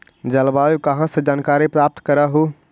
जलवायु कहा से जानकारी प्राप्त करहू?